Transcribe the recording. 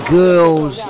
girls